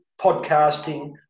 podcasting